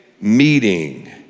meeting